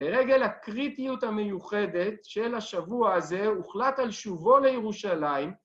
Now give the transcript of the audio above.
לרגל הקריטיות המיוחדת של השבוע הזה הוחלט על שובו לירושלים